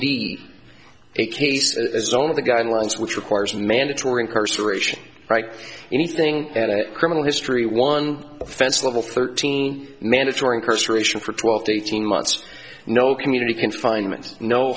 of the guidelines which requires mandatory incarceration write anything at a criminal history one offense level thirteen mandatory incarceration for twelve to eighteen months no community confinement no